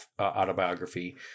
autobiography